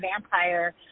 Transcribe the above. vampire